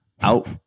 out